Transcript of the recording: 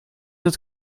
het